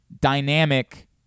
dynamic